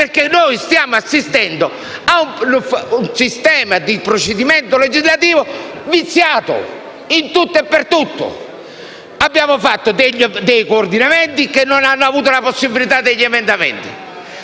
perché noi stiamo assistendo a un procedimento legislativo viziato in tutto e per tutto. Abbiamo fatto dei coordinamenti che non hanno avuto la possibilità di essere emendati,